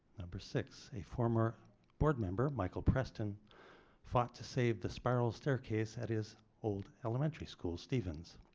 number six a former board member michael preston fought to save the spiral staircase at his old elementary school stevens.